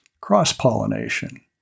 cross-pollination